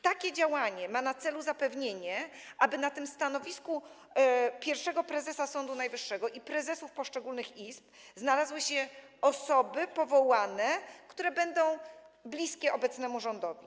Takie działanie ma na celu zapewnienie sobie, aby na stanowisku pierwszego prezesa Sądu Najwyższego i prezesów poszczególnych izb znalazły się osoby powołane, które będą bliskie obecnemu rządowi.